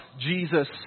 Jesus